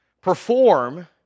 perform